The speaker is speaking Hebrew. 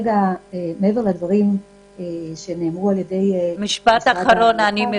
מעבר לדברים שנאמרו על-ידי משרד הרווחה --- אני מבקשת משפט אחרון.